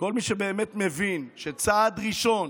כל מי שבאמת מבין שצעד ראשון,